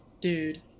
dude